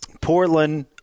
Portland